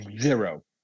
Zero